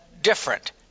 different